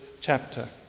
chapter